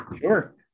Sure